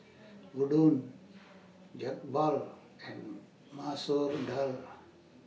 Udon Jokbal and Masoor Dal